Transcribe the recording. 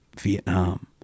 Vietnam